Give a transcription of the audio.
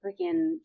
freaking